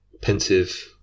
pensive